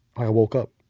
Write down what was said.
i woke up.